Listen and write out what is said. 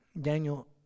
daniel